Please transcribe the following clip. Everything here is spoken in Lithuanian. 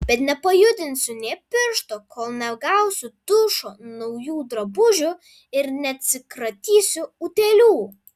bet nepajudinsiu nė piršto kol negausiu dušo naujų drabužių ir neatsikratysiu utėlių